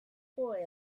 boy